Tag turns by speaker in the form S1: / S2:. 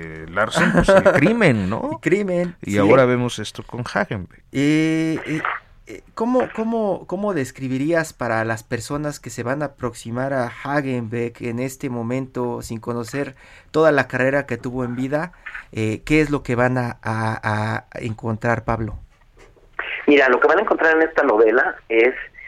S1: de Larsen, pues, el crimen, ¿no?
S2: El crimen,
S1: Y
S2: sí.
S1: ahora vemos esto con Hagenbeck.
S2: Eh, y- y- ¿cómo- cómo- cómo describirías para las personas que se van a aproximar a Hagenbeck en este momento, sin conocer toda la carrera que tuvo en vida, eh, qué es lo que van a- a- a encontrar, Pablo?
S3: Mira, lo que van a encontrar en esta novela es